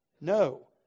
No